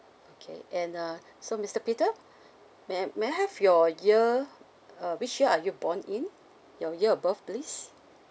okay and uh so mister peter may I may I have your year uh which year are you born in your year of birth please